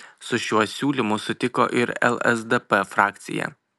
su šiuo siūlymu sutiko ir lsdp frakcija